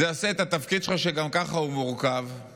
זה עושה את התפקיד שלך, שהוא מורכב גם ככה,